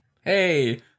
Hey